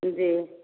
जी